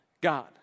God